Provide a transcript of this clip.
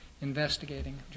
investigating